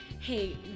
hey